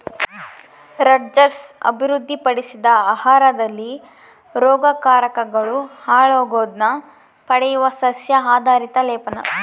Rutgers ಅಭಿವೃದ್ಧಿಪಡಿಸಿದ ಆಹಾರದಲ್ಲಿ ರೋಗಕಾರಕಗಳು ಹಾಳಾಗೋದ್ನ ತಡೆಯುವ ಸಸ್ಯ ಆಧಾರಿತ ಲೇಪನ